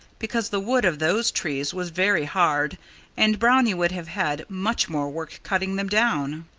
because the wood of those trees was very hard and brownie would have had much more work cutting them down.